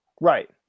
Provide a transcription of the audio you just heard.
Right